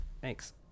Thanks